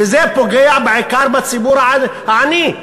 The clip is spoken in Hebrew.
וזה פוגע בעיקר בציבור העני.